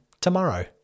tomorrow